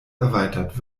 erweitert